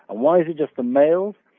ah why is it just the males?